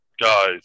guys